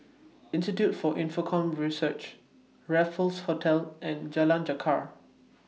Institute For Infocomm Research Raffles Hotel and Jalan Jarak